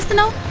no,